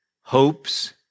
hopes